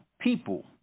people